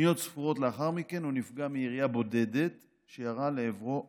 שניות ספורות לאחר מכן הוא נפגע מירייה בודדת שירה לעברו השוטר.